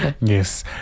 Yes